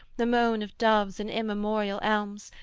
the moan of doves in immemorial elms,